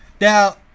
Now